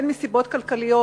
מסיבות כלכליות,